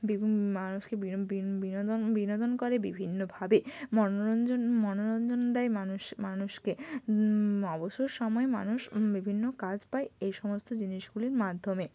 বিভি মানুষকে বিনোদন বিনোদন করে বিভিন্নভাবে মনোরঞ্জন মনোরঞ্জন দেয় মানুষ মানুষকে অবসর সময়ে মানুষ বিভিন্ন কাজ পায় এই সমস্ত জিনিসগুলির মাধ্যমে